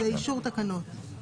זה אישור תקנות.